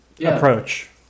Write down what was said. approach